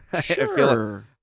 Sure